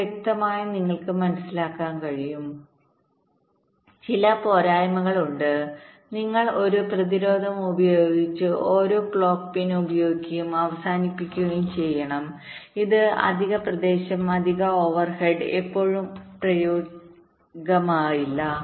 എന്നാൽ വ്യക്തമായും നിങ്ങൾക്ക് മനസ്സിലാക്കാൻ കഴിയും ചില പോരായ്മകളുണ്ട് നിങ്ങൾ ഒരു പ്രതിരോധം ഉപയോഗിച്ച് ഓരോ ക്ലോക്ക് പിൻ ഉപയോഗിക്കുകയും അവസാനിപ്പിക്കുകയും വേണം അത് അധിക പ്രദേശം അധിക ഓവർഹെഡ് എപ്പോഴും പ്രായോഗികമാകില്ല